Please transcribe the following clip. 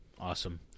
awesome